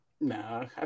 No